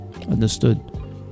Understood